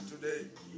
today